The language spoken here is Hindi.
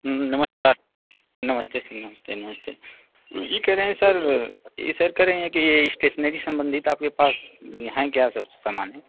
नमस्कार नमस्ते सर नमस्ते नमस्ते यह कह रहे हैं सर यह सर कह रहे हैं यह स्टेशनरी संबंधित आपके पास हैं क्या सब सामान हैं